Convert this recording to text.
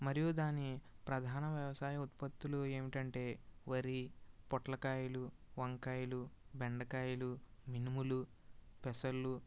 మరియు దాని ప్రధాన వ్యవసాయ ఉత్పత్తులు ఏమిటంటే వరి పొట్లకాయలు వంకాయలు బెండకాయలు మినుములు పెసలు